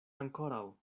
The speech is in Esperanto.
ankoraŭ